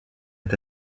est